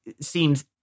seems